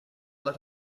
that